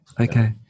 Okay